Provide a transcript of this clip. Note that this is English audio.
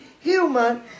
human